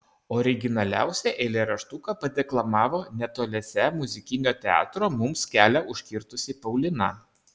originaliausią eilėraštuką padeklamavo netoliese muzikinio teatro mums kelią užkirtusi paulina